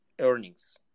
earnings